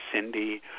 Cindy